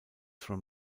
from